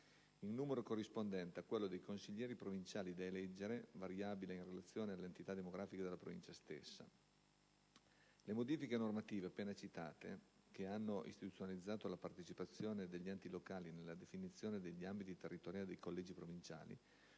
in numero corrispondente a quello dei consiglieri provinciali da eleggere, variabile in relazione all'entità demografica della Provincia stessa. Le modifiche normative appena citate, che hanno istituzionalizzato la partecipazione degli enti locali nella definizione degli ambiti territoriali dei collegi provinciali,